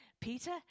Peter